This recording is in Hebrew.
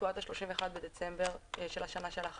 הוא עד 31 בדצמבר של השנה שלאחריה.